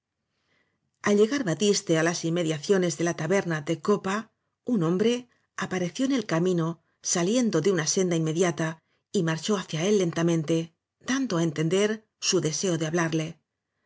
al llegar batiste á las inmediaciones de la taberna de copa un hombre apareció en el camino saliendo de una senda inmediata y marchó hacia él lentamente dando á entender su deseo de hablarle